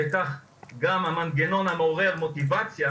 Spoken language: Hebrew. וכך גם המנגנון המעורר מוטיבציה